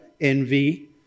envy